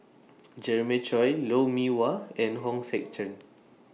Jeremiah Choy Lou Mee Wah and Hong Sek Chern